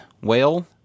Whale